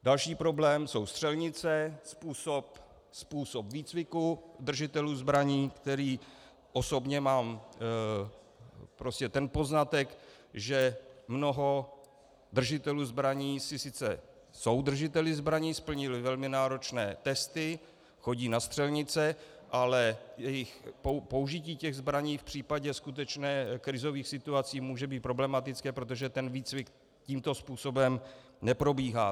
Další problém jsou střelnice, způsob výcviku držitelů zbraní, který osobně mám poznatek, že mnoho držitelů zbraní jsou sice držiteli zbraní, splnili velmi náročné testy, chodí na střelnice, ale jejich použití zbraní v případě skutečných krizových situací může být problematické, protože výcvik tímto způsobem neprobíhá.